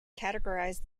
categorised